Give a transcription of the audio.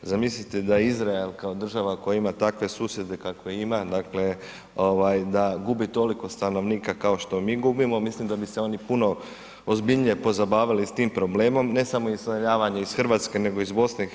Zamislite da Izrael kao država koja ima takve susjede kakve ima, dakle da gubi toliko stanovnika kao š to mi gubimo, mislim da bi se oni puno ozbiljnije pozabavili s tim problemom, ne samo iseljavanja iz Hrvatske nego i iz BiH.